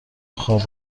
خواب